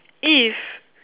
if